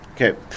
Okay